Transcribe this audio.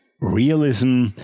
realism